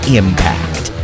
impact